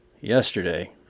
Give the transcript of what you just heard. yesterday